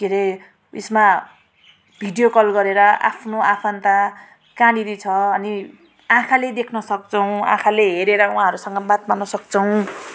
के अरे यसमा भिडियो कल गरेर आफ्नो आफन्त कहाँनिर छ अनि आँखाले देख्न सक्छौँ आँखाले हेरेर उहाँहरूसँग बात मार्नु सक्छौँ